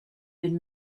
been